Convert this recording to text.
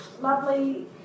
lovely